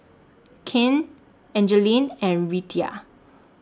Cain Angeline and Reatha